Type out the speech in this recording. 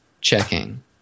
checking